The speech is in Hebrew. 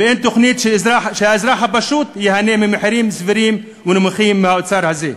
ואין תוכנית שהאזרח הפשוט ייהנה ממחירים סבירים ונמוכים מהאוצר הזה,